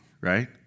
right